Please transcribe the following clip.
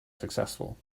successful